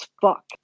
fuck